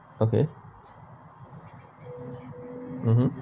okay uh